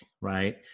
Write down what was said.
right